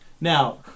Now